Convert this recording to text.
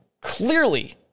clearly